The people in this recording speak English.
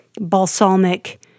balsamic